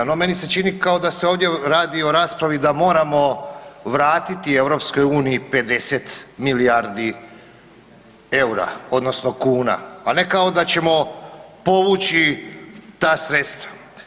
No meni se čini kao da se ovdje radi o raspravi da moramo vratiti EU 50 milijardi eura odnosno kuna, a ne kao da ćemo povući ta sredstva.